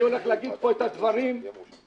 אני הולך להגיד פה את הדברים כהווייתם.